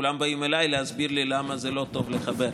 וכולם באים אליי להסביר לי למה זה לא טוב לחבר.